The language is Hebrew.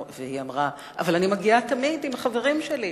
אבל אני מגיעה תמיד עם החברים שלי,